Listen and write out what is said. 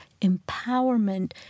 empowerment